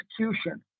execution